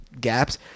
gaps